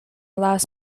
last